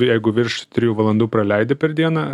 jeigu virš trijų valandų praleidi per dieną